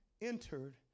entered